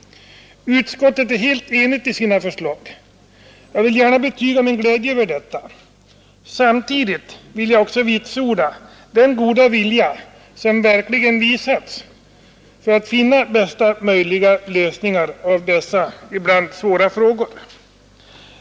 Utskottet är helt enigt i sina förslag — jag vill gärna betyga min glädje över detta. Samtidigt vill jag också vitsorda den goda vilja som verkligen visats för att finna bästa möjliga lösningar av dessa ibland svåra frågor.